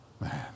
Man